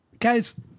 Guys